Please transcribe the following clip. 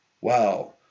Wow